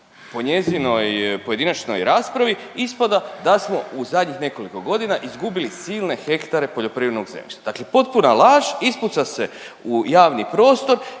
po njezinoj pojedinačnoj raspravi ispada da smo u zadnjih nekoliko godina izgubili silne hektare poljoprivrednog zemljišta. Dakle, potpuna laž ispuca se u javni prostor